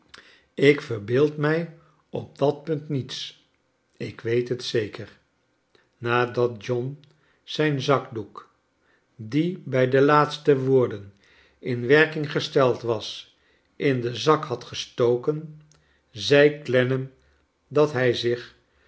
ik verbeeld mij op dat punt niets ik weet het zeker nadat john zijn zakdoek die bij de laatste woorden in werking gesteld was in den zak had ges token zei clennam dat hij zich